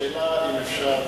אדוני היושב-ראש, אם אפשר,